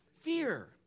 Fear